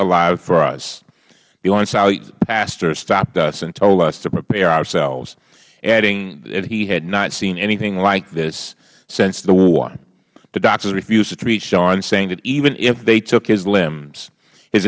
alive for us the onsite pastor stopped us and told us to prepare ourselves adding that he had not seen anything like this since the war the doctors refused to treat shawn saying even if they took his limbs his